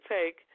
take